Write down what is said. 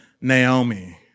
Naomi